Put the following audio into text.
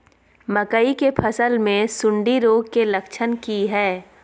मकई के फसल मे सुंडी रोग के लक्षण की हय?